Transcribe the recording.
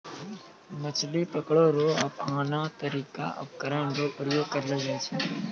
मछली पकड़ै रो आनो तकनीकी उपकरण रो प्रयोग करलो जाय छै